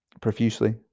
profusely